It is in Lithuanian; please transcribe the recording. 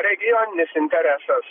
regioninis interesas